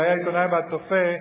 שהיה עיתונאי ב"הצופה",